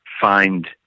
find